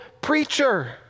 preacher